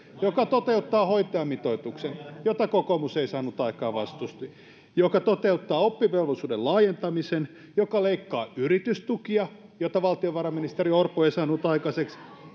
joka toteuttaa hoitajamitoituksen jota kokoomus ei saanut aikaan ja vastusti joka toteuttaa oppivelvollisuuden laajentamisen joka leikkaa yritystukia mitä valtiovarainministeri orpo ei saanut aikaiseksi